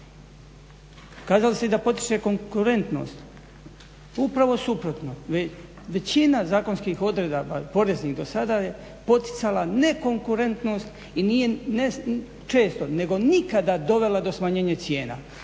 Kazali ste da potiče konkurentnost, upravo suprotno. Većina zakonskih odredaba poreznih do sada je poticala nekonkurentnost i ne često nego nikada dovela do smanjenja cijena.